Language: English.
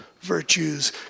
virtues